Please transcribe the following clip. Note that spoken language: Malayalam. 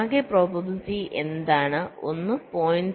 ആകെ പ്രോബബിലിറ്റി എന്താണ് ഒന്ന് 0